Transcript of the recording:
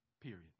period